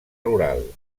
rural